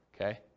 okay